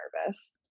nervous